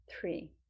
three